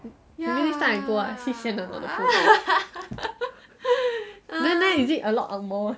maybe this time I go I see sian or not then then is it a lot ang moh [one]